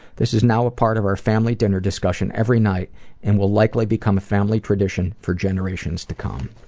this is now a part of our family dinner discussion every night and will likely become a family tradition for generations to come.